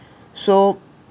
so